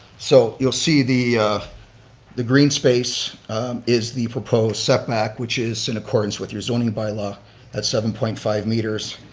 so you'll see the the green space is the proposed setback which is in accordance with your zoning by-law at seven point five meters.